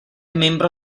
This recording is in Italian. membro